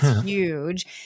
huge